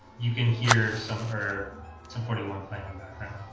you can hear some her some forty one playing in the background